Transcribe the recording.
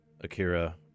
Akira